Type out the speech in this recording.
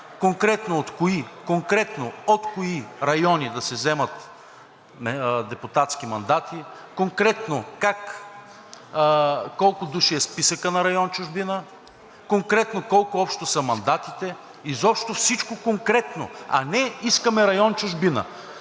Конкретно от кои райони да се вземат депутатски мандати? Конкретно колко души е списъкът на район „Чужбина“? Конкретно колко общо са мандатите? Изобщо, всичко конкретно, а не „искаме район „Чужбина“!